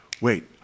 wait